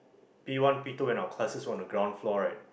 P one P two and our classes on the ground floor right